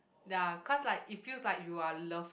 ya cause like it feels like you are loved